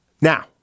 Now